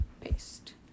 paste